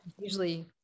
usually